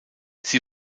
sie